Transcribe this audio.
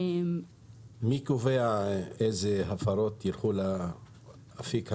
מי קובע איזה הפרות ילכו לאפיק המינהלי,